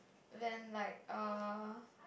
then like uh